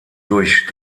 durch